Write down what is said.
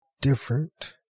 different